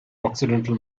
occidental